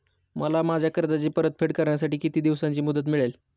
मला माझ्या कर्जाची परतफेड करण्यासाठी किती दिवसांची मुदत मिळेल?